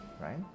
right